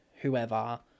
whoever